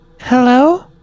Hello